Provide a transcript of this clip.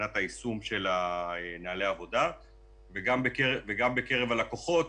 מבחינת היישום של נהלי העבודה וגם בקרב הלקוחות,